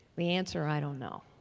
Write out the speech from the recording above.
the answer i don't know.